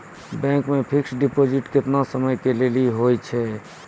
Bank मे fixed deposit केतना समय के लेली होय छै?